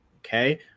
Okay